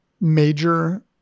major